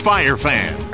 Firefan